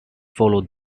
follow